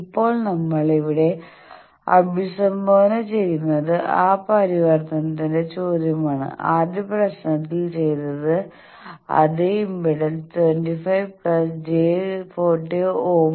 ഇപ്പോൾ നമ്മൾ ഇവിടെ അഭിസംബോധന ചെയ്യുന്നത് ആ പരിവർത്തനത്തിന്റെ ചോദ്യമാണ് ആദ്യ പ്രശ്നത്തിൽ ചെയ്ത അതേ ഇംപെഡൻസ് 25 j 40 Ω